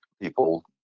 People